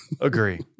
Agree